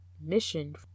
mission